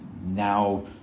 now